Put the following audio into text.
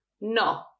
No